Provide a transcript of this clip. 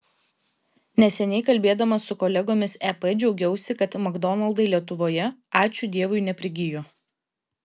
neseniai kalbėdama su kolegomis ep džiaugiausi kad makdonaldai lietuvoje ačiū dievui neprigijo